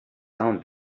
down